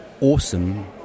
awesome